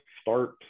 start